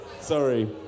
Sorry